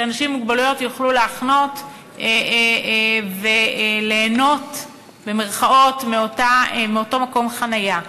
אנשים עם מוגבלויות יוכלו להחנות וליהנות מאותו מקום חניה.